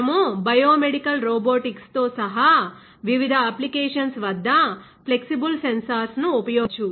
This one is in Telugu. మనము బయోమెడికల్ రోబోటిక్స్ తో సహా వివిధ అప్లికేషన్స్ వద్ద ఫ్లెక్సిబుల్ సెన్సార్స్ ను ఉపయోగించవచ్చు